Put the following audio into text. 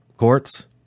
courts